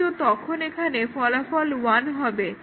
কিন্তু তখন এখানে ফলাফল 1 হবে